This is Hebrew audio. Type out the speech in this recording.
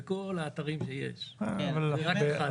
בכל האתרים יש רק אחד.